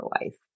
life